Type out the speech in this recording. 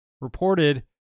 reported